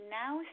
now